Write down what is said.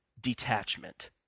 detachment